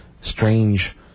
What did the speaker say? strange